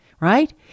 Right